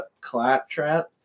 Claptrap